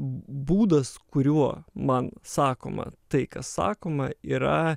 būdas kuriuo man sakoma tai kas sakoma yra